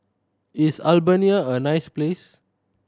is Albania a nice place